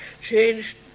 changed